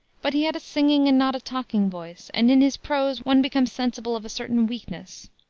but he had a singing and not a talking voice, and in his prose one becomes sensible of a certain weakness.